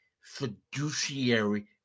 fiduciary